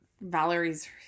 Valerie's